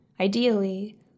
Ideally